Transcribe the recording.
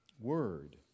word